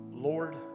Lord